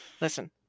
Listen